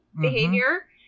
behavior